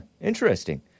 interesting